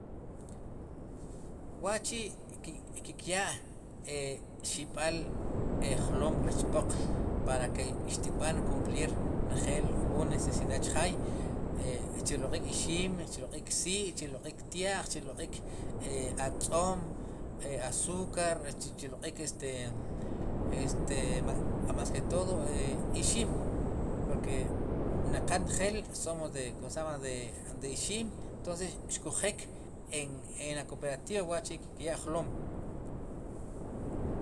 Wa'chi' ki' kyaa xib'al jlom rech poq para ke xtkb'an kumplir njel wu necesidad chjaay chu rloq'ik ixim chu rloq'ik sii' chu rloq'ik tya'j chu rloq'ik atz'om, azukar chu rloq'ik este, este a más ke todo e ixim porke le qe njel somos de e ixim entonces xkuj eek en, en la kooperativa wa'chi' kyaa jloom.